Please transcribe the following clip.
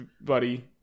buddy